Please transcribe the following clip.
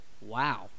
Wow